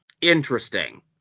Interesting